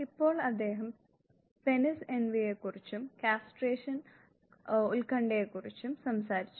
ഇപ്പോൾ അദ്ദേഹം പീനസ് എൻവിയെ കുറിച്ചും കാസ്ട്രേഷൻ ഉത്കണ്ഠയെക്കുറിച്ചും സംസാരിച്ചു